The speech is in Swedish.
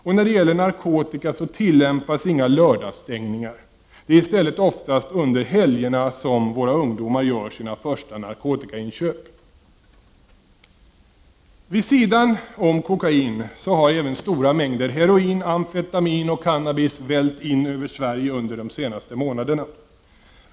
Och när det gäller narkotika tillämpas inga lördagsstängningar. Det är i stället oftast under helgerna som våra ungdomar gör sina första narkotikainköp. Vid sidan om kokain har även stora mängder heroin, amfetamin och cannabis vällt in över Sverige under de senaste månaderna.